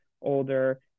older